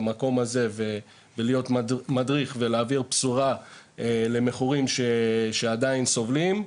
במקום הזה ולהיות מדריך ולהעביר בשורה למכורים שעדיין סובלים.